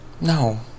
No